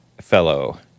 fellow